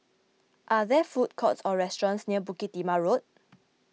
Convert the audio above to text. are there food courts or restaurants near Bukit Timah Road